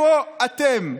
איפה אתם?